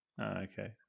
Okay